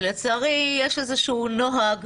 ולצערי יש איזשהו נוהג